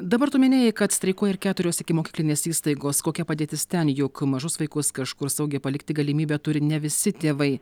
dabar tu minėjai kad streikuoja ir keturios ikimokyklinės įstaigos kokia padėtis ten juk mažus vaikus kažkur saugiai palikti galimybę turi ne visi tėvai